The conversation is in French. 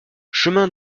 chemin